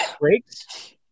breaks